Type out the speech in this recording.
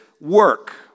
work